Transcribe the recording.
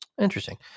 Interesting